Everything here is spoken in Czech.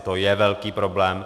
To je velký problém.